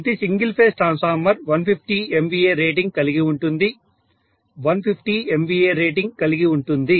ప్రతి single phase transformer 150 MVA rating కలిగి ఉంటుంది 150 MVA రేటింగ్ కలిగి ఉంటుంది